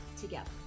together